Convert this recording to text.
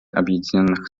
объединенных